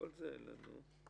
כל זה אין לנו.